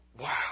Wow